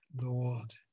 Lord